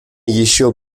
еще